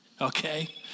okay